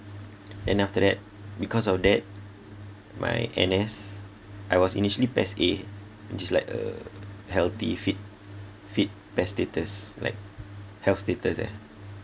then after that because of that my N_S I was initially PES A just like a healthy fit fit PES status like health status ah